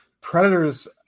Predators